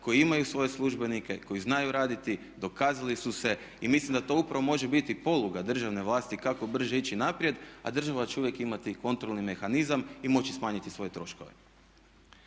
koji imaju svoje službenike koji znaju raditi, dokazali su se. Mislim da to upravo može biti poluga državne vlasti kako brže ići naprijed, a država će uvijek imati kontrolni mehanizam i moći smanjiti svoje troškove.